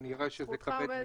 במקום.